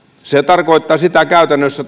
se tarkoittaa sitä käytännössä